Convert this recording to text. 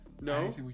No